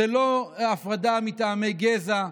זה לא הפרדה מטעמי גזע.